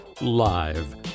live